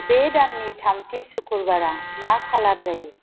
बे दाननि थामथि सुख्र'बारआ मा खालार जायो